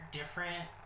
different